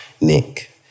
Nick